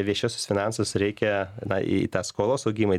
viešuosius finansus reikia na į tą skolos augimą